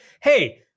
Hey